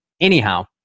anyhow